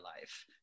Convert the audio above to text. life